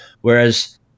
Whereas